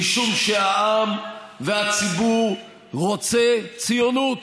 משום שהעם והציבור רוצה ציונות,